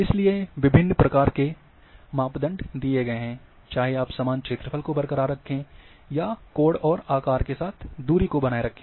इसलिए विभिन्न प्रकार के मापदंड दिए गए हैं चाहे आप समान क्षेत्रफल को बरक़रार रखें या कोण और आकार के साथ दूरी को बनाए रखें